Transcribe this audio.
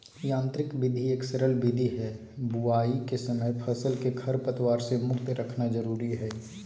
यांत्रिक विधि एक सरल विधि हई, बुवाई के समय फसल के खरपतवार से मुक्त रखना जरुरी हई